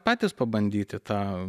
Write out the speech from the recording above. patys pabandyti tą